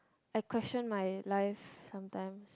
I question my life sometimes